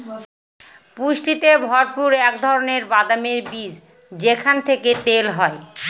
পুষ্টিতে ভরপুর এক ধরনের বাদামের বীজ যেখান থেকে তেল হয়